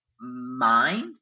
mind